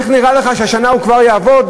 איך נראה לך שהשנה הוא כבר יעבוד?